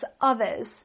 others